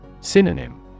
Synonym